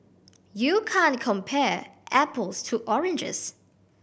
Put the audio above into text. you can't compare apples to oranges